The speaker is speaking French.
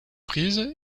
prises